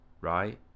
Right